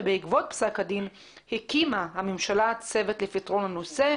ובעקבות פסק הדין הקימה הממשלה צוות לפתרון הנושא,